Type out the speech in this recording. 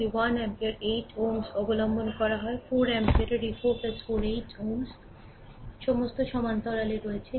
যদি 1 অ্যাম্পিয়ার8 Ω অবলম্বন করা হয় 4 অ্যাম্পিয়ারে এই 4 4 8 Ω সমস্ত সমান্তরালে রয়েছে